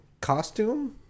costume